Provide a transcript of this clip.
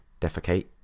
defecate